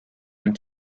and